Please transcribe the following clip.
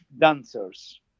dancers